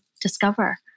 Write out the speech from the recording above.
discover